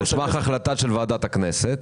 על סמך החלטה של ועדת הכנסת,